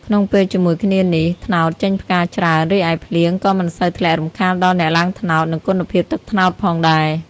ក្នុងពេលជាមួយគ្នានេះ ត្នោតចេញផ្កាច្រើន រីឯភ្លៀងក៏មិនសូវធ្លាក់រំខានដល់អ្នកឡើងត្នោត និងគុណភាពទឹកត្នោតផងដែរ។